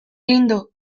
lindo